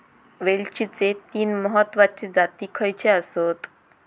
वेलचीचे तीन महत्वाचे जाती खयचे आसत?